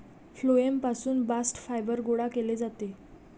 phloem पासून bast fibre गोळा केले जाते